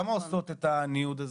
כמה עושות את הניוד הזה?